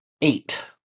eight